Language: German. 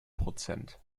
prozent